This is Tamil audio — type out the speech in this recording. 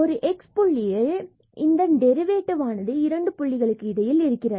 ஒரு xi புள்ளியில் இதன் டெரிவேட்டிவ் ஆனது இரண்டு புள்ளிகளுக்கு இடையில் இருக்கிறது